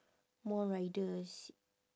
more riders